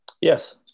Yes